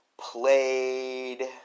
played